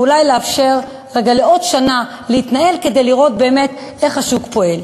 ואולי לאפשר להתנהל עוד שנה כדי לראות באמת איך השוק פועל.